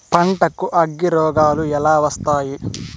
పంటకు అగ్గిరోగాలు ఎలా వస్తాయి?